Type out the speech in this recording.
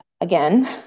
Again